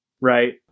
right